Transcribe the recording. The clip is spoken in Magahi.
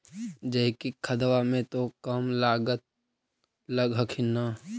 जैकिक खदबा मे तो कम लागत लग हखिन न?